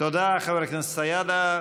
תודה, חבר הכנסת סידה.